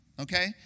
Okay